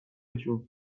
جون